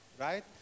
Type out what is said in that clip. right